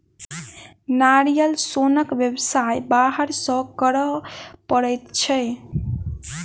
नारियल सोनक व्यवसाय बाहर सॅ करय पड़ैत छै